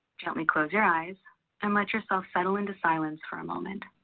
gently close your eyes and let yourself settle into silence for a moment.